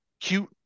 cute